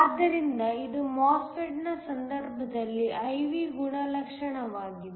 ಆದ್ದರಿಂದ ಇದು MOSFET ನ ಸಂದರ್ಭದಲ್ಲಿ I V ಗುಣಲಕ್ಷಣವಾಗಿದೆ